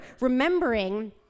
remembering